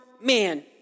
man